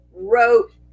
wrote